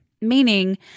Meaning